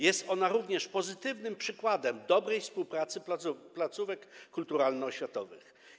Jest ona również pozytywnym przykładem dobrej współpracy placówek kulturalno-oświatowych.